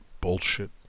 bullshit